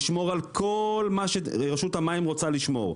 לשמור על כל מה שרשות המים רוצה לשמור,